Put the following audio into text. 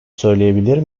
söyleyebilir